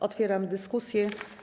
Otwieram dyskusję.